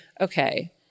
okay